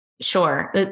Sure